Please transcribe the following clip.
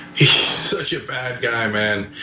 he's such a bad guy, man.